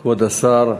כבוד השר,